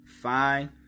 fine